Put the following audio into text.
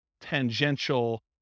tangential